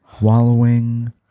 Wallowing